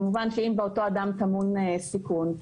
אם באותו אדם טמון סיכון,